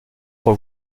pour